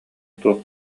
туох